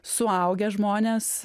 suaugę žmonės